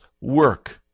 work